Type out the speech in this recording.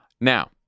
Now